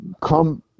come